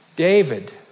David